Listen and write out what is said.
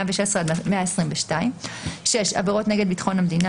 116 עד 122. עבירות נגד ביטחון המדינה